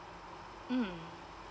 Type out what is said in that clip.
mm